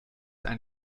ein